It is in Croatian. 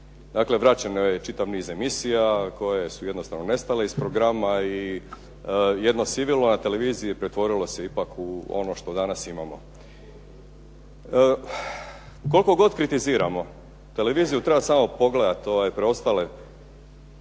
Dakle, vraćeno je čitav niz emisija koje su jednostavno nestale iz programa i jedno sivilo na televiziji pretvorilo se ipak u ono što danas imamo. Koliko god kritiziramo, televiziju treba samo pogledati ove preostale